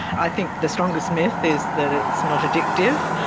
i think the strongest myth is that it's not addictive.